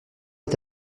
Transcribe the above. est